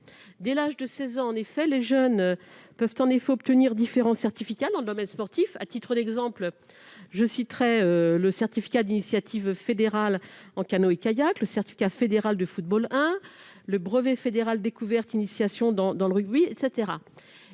Dès l'âge de 16 ans, en effet, les jeunes peuvent obtenir divers certificats dans le domaine sportif. À titre d'exemple, je citerai le certificat d'initiative fédérale en canoë-kayak, le certificat fédéral de football 1, le brevet fédéral « découverte-initiation » en rugby.